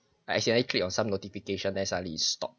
actually I clicked on some notification they suddenly it stop